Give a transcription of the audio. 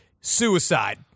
suicide